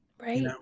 Right